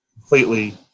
completely